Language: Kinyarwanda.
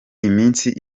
iminsi